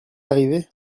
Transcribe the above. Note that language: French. arrivée